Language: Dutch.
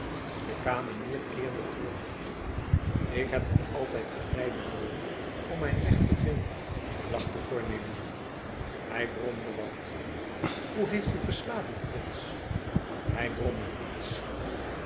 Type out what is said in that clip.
de kamenier keerde terug ik heb nog altijd geleide noodig om mijn weg te winden lachte cornélie hij bromde wat hoe heeft u geslapen prins hij antwoordde iets